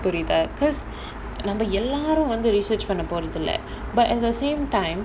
புரிந்த:purintha because நம்ம எல்லாரும் வந்து:namma ellaarum vanthu research பண்ண போறது இல்ல:panna porathu illa but at the same time